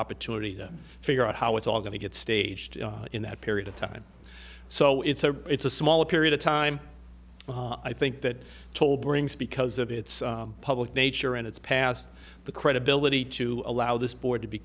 opportunity to figure out how it's all going to get staged in that period of time so it's a it's a small period of time i think that toll brings because of its public nature and it's past the credibility to allow this board to be